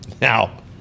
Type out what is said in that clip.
Now